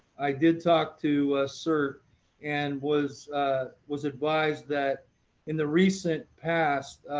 i did talk to cert and was was advised that in the recent past,